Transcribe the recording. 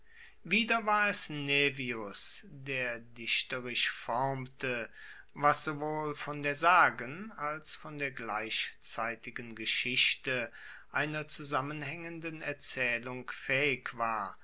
wieder war es naevius der dichterisch formte was sowohl von der sagen als von der gleichzeitigen geschichte einer zusammenhaengenden erzaehlung faehig war